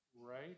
right